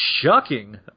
shocking